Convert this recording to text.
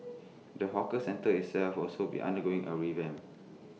the hawker centre itself also be undergoing A revamp